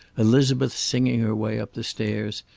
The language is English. elizabeth singing her way up the stairs,